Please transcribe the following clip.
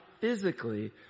physically